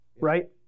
right